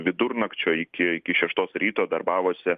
vidurnakčio iki iki šeštos ryto darbavosi